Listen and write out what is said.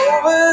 Over